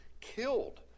killed